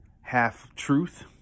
half-truth